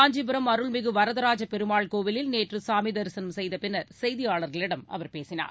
காஞ்சிபுரம் அருள்மிகு வரதராஜ பெருமாள் கோவிலில் நேற்று சாமி தரிசனம் செய்த பின்னர் செய்தியாளர்களிடம் அவர் பேசினார்